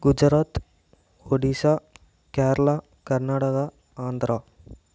Gujarat Odisha Kerala Karnataka Andhra